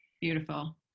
Beautiful